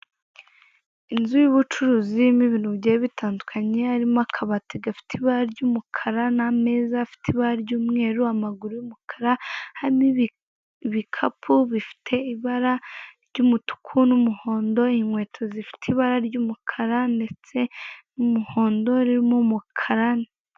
Inzu y'ubucuruzi irimo ibintu bigiye bitandukanye harimo akabati gafite ibara ry'umukara n'ameza afite ibara ry'umweru amaguru y'umukara, harimo ibikapu, bifite ibara ry'umutuku n'umuhondo, inkweto zifite ibara ry'umukara ndetse n'umuhondo ririmo umukara.